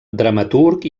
dramaturg